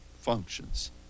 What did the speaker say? functions